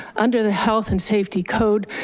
under the health and safety code,